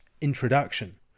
introduction